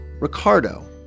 Ricardo